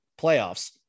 playoffs